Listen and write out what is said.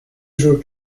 should